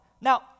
Now